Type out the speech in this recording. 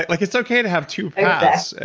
like it's okay to have two paths.